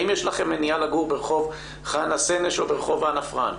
האם יש לכם מניעה לגור ברחוב חנה סנש או ברחוב אנה פרנק?